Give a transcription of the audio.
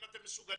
אם אתם מסוגלים.